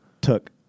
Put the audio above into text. took